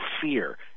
fear